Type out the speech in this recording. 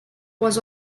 was